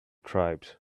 tribes